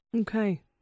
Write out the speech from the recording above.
Okay